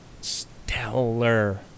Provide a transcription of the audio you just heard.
stellar